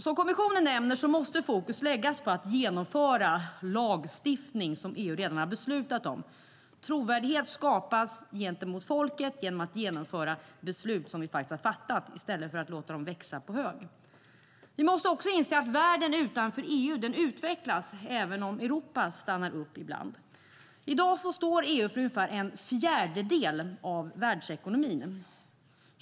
Som kommissionen nämner måste fokus läggas på att genomföra lagstiftning som EU redan har beslutat om. Trovärdighet skapas gentemot folket genom att vi genomför beslut som vi har fattat i stället för att vi låter dem växa på hög. Vi måste inse att världen utanför EU utvecklas även om Europa stannar upp ibland. I dag står EU för ungefär en fjärdedel av världsekonomin.